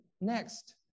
next